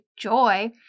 joy